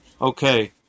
okay